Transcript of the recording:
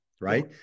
Right